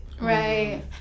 right